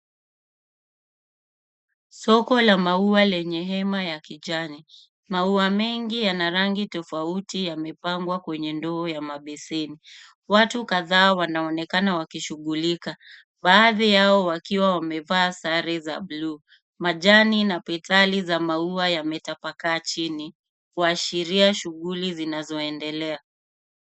Soko la maua lenye hema ya kijani. Maua mengi yana rangi tofauti yamepangwa kwenye ndoo ya mabesheni. Watu kadhaa wanaonekana wakishughulika. Baadhi yao wakiwa wamevaa sare za buluu. Majani na petali za maua yametapakaa chini, kuashiria shughuli zinazo endelea.